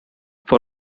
for